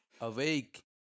awake